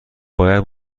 باید